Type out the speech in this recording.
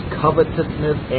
covetousness